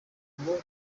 ngo